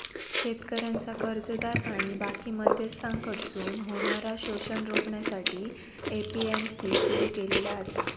शेतकऱ्यांचा कर्जदार आणि बाकी मध्यस्थांकडसून होणारा शोषण रोखण्यासाठी ए.पी.एम.सी सुरू केलेला आसा